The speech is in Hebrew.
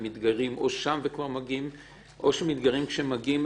הם מתגיירים שם או שהם מתגיירים כשהם מגיעים.